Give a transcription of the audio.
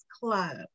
club